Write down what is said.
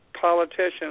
politicians